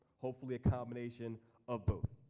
hopefully a combination of both.